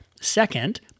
Second